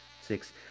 six